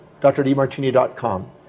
drdmartini.com